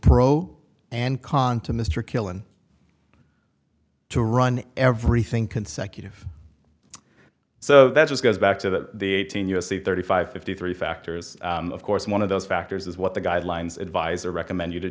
pro and con to mr killen to run everything consecutive so that's just goes back to the eighteen u s c thirty five fifty three factors of course one of those factors is what the guidelines advise or recommend you to